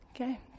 Okay